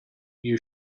you